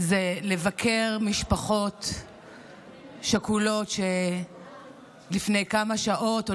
זה לבקר משפחות שכולות שלפני כמה שעות או